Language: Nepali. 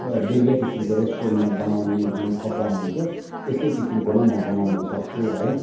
बेग्लै किसिमको रेस्टुरेन्टमा बनाउने जुन पकवान हुन्छ त्यस्तै किसिमको नै म बनाउनु सक्छु है